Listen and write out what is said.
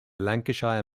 lancashire